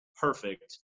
perfect